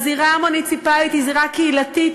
הזירה המוניציפלית היא זירה קהילתית,